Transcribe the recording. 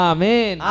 Amen